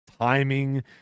timing